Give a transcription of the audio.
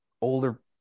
older